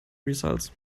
results